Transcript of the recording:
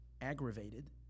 aggravated